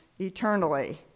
eternally